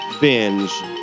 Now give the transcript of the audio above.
Binge